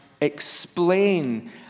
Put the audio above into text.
explain